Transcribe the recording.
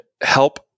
help